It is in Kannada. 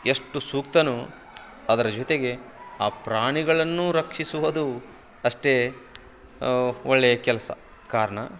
ಎಷ್ಟು ಸೂಕ್ತವೋ ಅದರ ಜೊತೆಗೆ ಆ ಪ್ರಾಣಿಗಳನ್ನು ರಕ್ಷಿಸುವುದು ಅಷ್ಟೇ ಒಳ್ಳೆಯ ಕೆಲಸ ಕಾರಣ